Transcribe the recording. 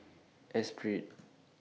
Esprit